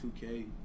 2K